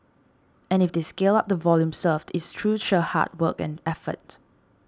and if they scale up the volume served it's through sheer hard work and effort